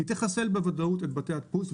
תחסל בוודאות את בתי הדפוס,